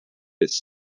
its